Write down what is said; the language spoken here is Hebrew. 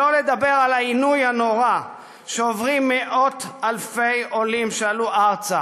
שלא לדבר על העינוי הנורא שעוברים מאות אלפי עולים שעלו ארצה